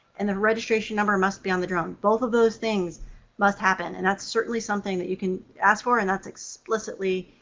and the registration number must be on the drone. both of those things must happen, and that's certainly something that you can ask for, and that's explicitly